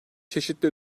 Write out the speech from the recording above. çeşitli